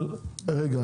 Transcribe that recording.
אבל רגע,